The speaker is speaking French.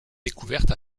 découverte